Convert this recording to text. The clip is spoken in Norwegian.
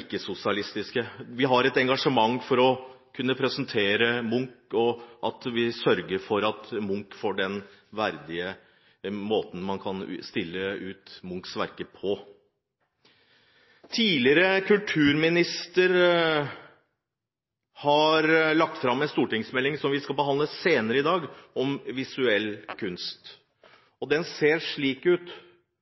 ikke-sosialistiske partiene. Vi har et engasjement for å kunne presentere Munch, og vi vil sørge for at Munchs verker blir stilt ut på en verdig måte. Den forrige kulturministeren har lagt fram en stortingsmelding om visuell kunst, som vi skal behandle senere i dag.